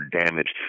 damage